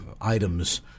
items